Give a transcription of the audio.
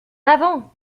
avant